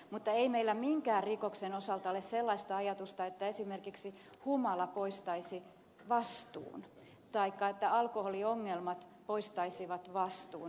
mutta ei meillä minkään rikoksen osalta ole sellaista ajatusta että esimerkiksi humala poistaisi vastuun taikka että alkoholiongelmat poistaisivat vastuun